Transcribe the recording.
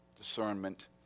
discernment